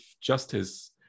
justice